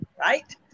right